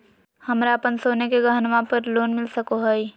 हमरा अप्पन सोने के गहनबा पर लोन मिल सको हइ?